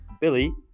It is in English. Billy